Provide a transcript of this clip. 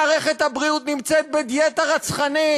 מערכת הבריאות נמצאת בדיאטה רצחנית.